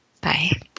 Bye